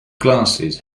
glasses